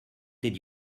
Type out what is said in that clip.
did